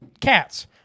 cats